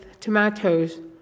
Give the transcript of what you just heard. tomatoes